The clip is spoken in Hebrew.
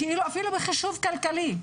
אפילו בחישוב כלכלי,